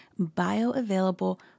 bioavailable